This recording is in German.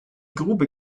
grube